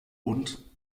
und